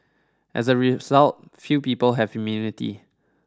as a result few people have immunity